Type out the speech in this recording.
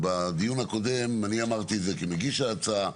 בדיון הקודם אני אמרתי את זה כמגיש ההצעה,